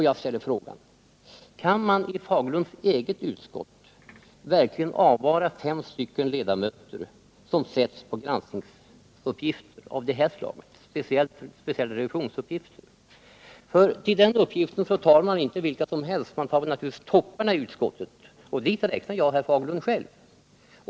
Jag ställer frågan: Kan herr Fagerlunds eget utskott verkligen avvara fem ledamöter för granskningsuppgifter av detta slag, speciellt i vad avser revisionsuppgifterna? För sådana ändamål utses naturligtvis inte vilka som helst utan man tar topparna i utskotten — och dit räknar jag herr Fagerlund själv.